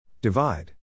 Divide